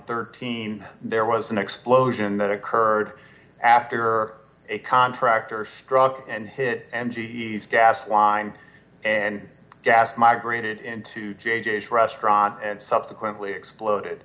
thirteen there was an explosion that occurred after a contractor struck and hit and g e s gas line and gas migrated into ga ga's restaurant and subsequently exploded